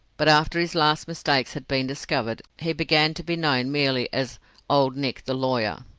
but after his last mistakes had been discovered, he began to be known merely as old nick the lawyer,